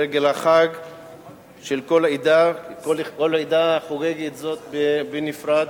לרגל החג של כל עדה החוגגת זאת בנפרד,